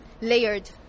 layered